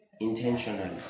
intentionally